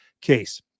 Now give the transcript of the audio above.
case